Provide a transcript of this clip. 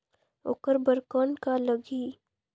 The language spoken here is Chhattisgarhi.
ओकर बर कौन का लगी?